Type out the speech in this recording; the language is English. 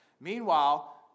Meanwhile